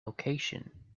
location